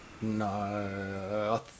No